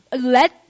let